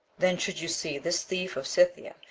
then should you see this thief of scythia,